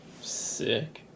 sick